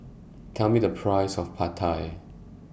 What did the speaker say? Tell Me The Price of Pad Thai